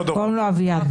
לא דורון.